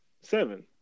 seven